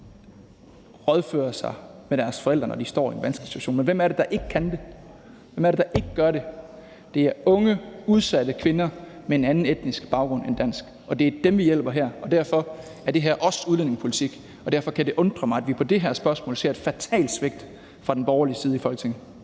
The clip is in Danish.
rådføre sig med deres forældre, når de står i en vanskelig situation. Men hvem er det, der ikke kan det? Hvem er det, der ikke gør det? Det er unge udsatte kvinder med en anden etnisk baggrund end dansk. Og det er dem, vi hjælper her. Derfor er det her også udlændingepolitik, og derfor kan det undre mig, at vi på det her spørgsmål ser et fatalt svigt fra den borgerlige side i Folketinget.